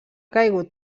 caigut